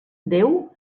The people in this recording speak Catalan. déu